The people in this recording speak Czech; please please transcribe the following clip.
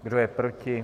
Kdo je proti?